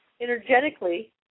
Energetically